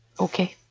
okay.